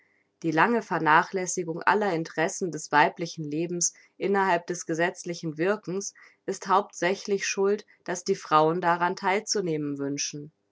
die lange vernachlässigung aller interessen des weiblichen lebens innerhalb des gesetzlichen wirkens ist hauptsächlich schuld daß die frauen daran theil zu nehmen wünschen